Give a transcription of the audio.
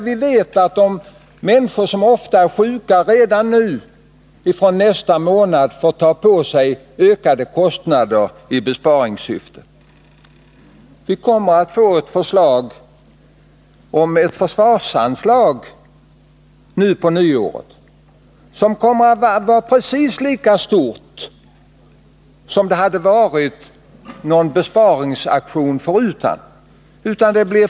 Vi vet att de människor som ofta är sjuka i besparingssyfte får ta på sig ökade kostnader redan från nästa månad. Vi kommer att på nyåret få ett förslag om ett försvarsanslag som kommer att vara precis lika stort som det skulle ha varit besparingsaktionen förutan.